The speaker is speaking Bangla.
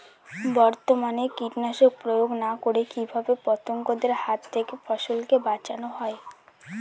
বর্তমানে কীটনাশক প্রয়োগ না করে কিভাবে পতঙ্গদের হাত থেকে ফসলকে বাঁচানো যায়?